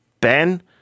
Ben